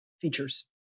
features